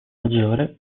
maggiore